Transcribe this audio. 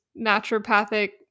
naturopathic